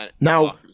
Now